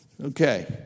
Okay